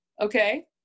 Okay